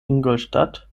ingolstadt